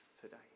today